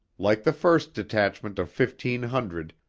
like the first detachment of fifteen hundred,